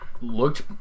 looked